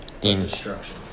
destruction